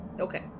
okay